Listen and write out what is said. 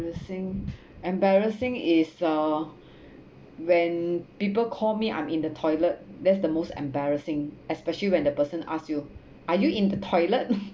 embarrassing embarrassing is uh when people call me I'm in the toilet that's the most embarrassing especially when the person ask you are you in the toilet